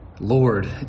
Lord